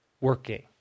working